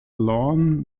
lawn